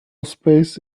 space